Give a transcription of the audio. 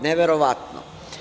Neverovatno.